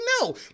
no